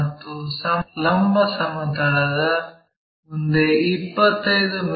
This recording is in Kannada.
ಮತ್ತು ಲಂಬ ಸಮತಲದ ಮುಂದೆ 25 ಮಿ